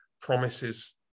promises